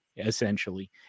Essentially